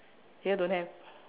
here don't have